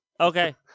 Okay